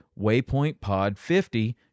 waypointpod50